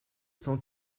cent